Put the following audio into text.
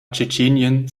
tschetschenien